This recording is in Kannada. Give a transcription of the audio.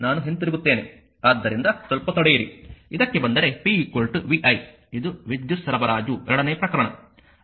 ಆದ್ದರಿಂದ ಸ್ವಲ್ಪ ತಡೆಯಿರಿ ಇದಕ್ಕೆ ಬಂದರೆ p VI ಇದು ವಿದ್ಯುತ್ ಸರಬರಾಜು ಎರಡನೆಯ ಪ್ರಕರಣ